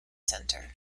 center